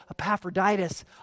Epaphroditus